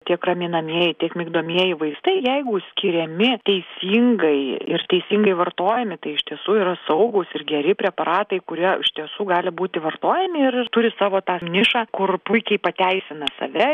tiek raminamieji tiek migdomieji vaistai jeigu skiriami teisingai ir teisingai vartojami tai iš tiesų yra saugūs ir geri preparatai kurie iš tiesų gali būti vartojami ir ir turi savo tą nišą kur puikiai pateisina save